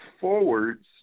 forwards